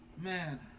Man